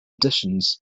additions